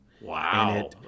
Wow